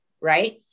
Right